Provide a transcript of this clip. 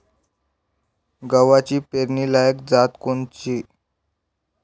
गव्हाची पेरनीलायक चांगली जात कोनची?